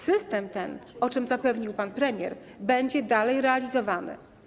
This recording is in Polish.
System ten, o czym zapewnił pan premier, będzie dalej realizowany.